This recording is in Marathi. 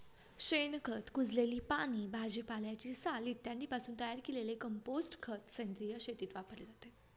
शेणखत, कुजलेली पाने, भाजीपाल्याची साल इत्यादींपासून तयार केलेले कंपोस्ट खत सेंद्रिय शेतीत वापरले जाते